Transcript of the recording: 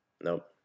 Nope